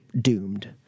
doomed